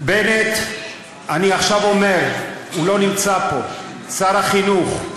בנט, אני עכשיו אומר, הוא לא נמצא פה, שר החינוך.